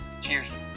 Cheers